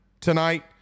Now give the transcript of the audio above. tonight